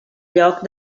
lloc